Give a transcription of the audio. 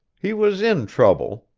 he was in trouble.